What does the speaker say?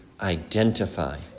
identify